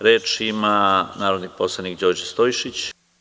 Reč ima narodni poslanik Đorđe Stojšić.